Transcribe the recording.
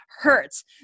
hurts